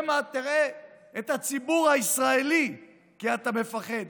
שמא תראה את הציבור הישראלי, כי אתה מפחד.